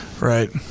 Right